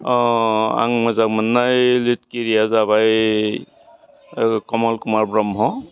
आं मोजां मोननाय लिरगिरिया जाबाय कमल कुमार ब्रह्म